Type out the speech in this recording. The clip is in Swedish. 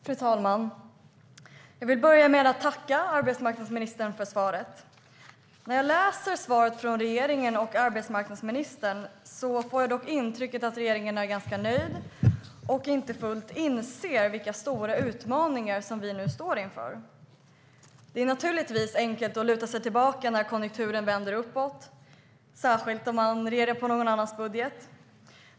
Fru talman! Jag vill börja med att tacka arbetsmarknadsministern för svaret. När jag läser svaret från regeringen och arbetsmarknadsministern får jag dock intrycket att regeringen är ganska nöjd och inte fullt inser vilka stora utmaningar vi nu står inför. Det är naturligtvis enkelt att luta sig tillbaka när konjunkturen vänder uppåt, särskilt om man regerar på någon annans budget.